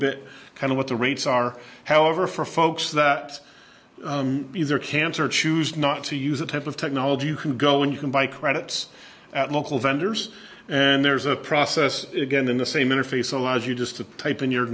bit kind of what the rates are however for folks that either cancer choose not to use that type of technology you can go and you can buy credits at local vendors and there's a process again the same interface allows you just to type in your